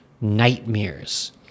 nightmares